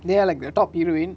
they are like the top heroine